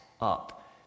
up